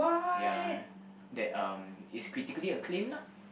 ya that um is critically acclaimed lah